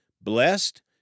Blessed